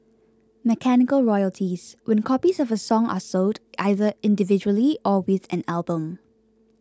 mechanical royalties when copies of a song are sold either individually or with an album